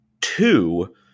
Two